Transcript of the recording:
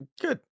Good